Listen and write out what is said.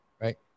Right